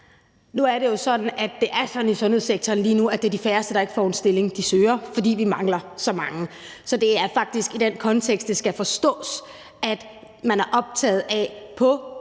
Nu er det jo sådan i sundhedssektoren lige nu, at det er de færreste, der ikke får en stilling, de søger, fordi vi mangler så mange. Så det er faktisk i den kontekst, det skal forstås. Altså, nu kan jeg